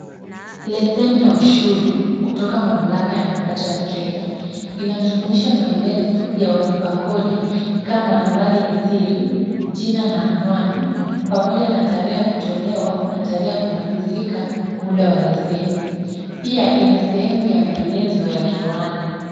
Leseni ya ushuru kutoka mamlaka ya mapato ya Kenya, inajumuisha maelezo ya walipa kodi kama nambari ya siri, jina na anwani pamoja na tarehe ya kutolewa na tarehe ya kumalizika muda wa leseni. Pia ina sehemu ya maelezo ya kiwanda.